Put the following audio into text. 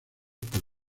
por